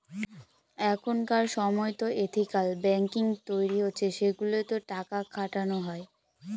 এখনকার সময়তো ethical banking তৈরী হচ্ছে সেগুলোতে টাকা খাটানো হয়